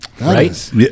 Right